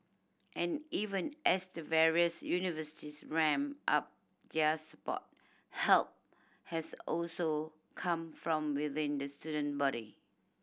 and even as the various universities ramp up their support help has also come from within the student body